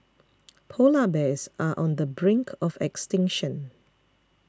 Polar Bears are on the brink of extinction